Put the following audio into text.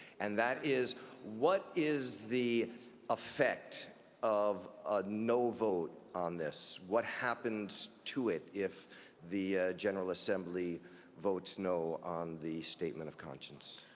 and that is what is the effect of a no vote on this? what happens to it if the general assembly votes no on the statement of conscience?